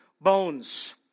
bones